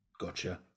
gotcha